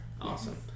Awesome